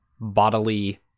bodily